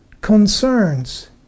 concerns